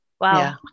wow